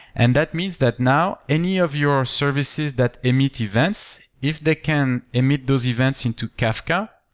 and that means that now, any of your services that emit events, if they can emit those events into kafka,